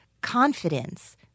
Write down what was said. confidence